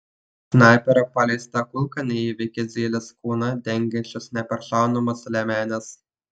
snaiperio paleista kulka neįveikia zylės kūną dengiančios neperšaunamos liemenės